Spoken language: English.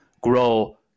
grow